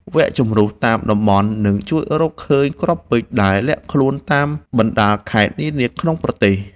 វគ្គជម្រុះតាមតំបន់នឹងជួយរកឃើញគ្រាប់ពេជ្រដែលលាក់ខ្លួនតាមបណ្ដាខេត្តនានាក្នុងប្រទេស។